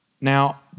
Now